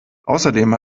außerdem